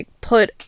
put